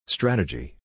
Strategy